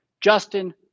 Justin